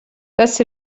tas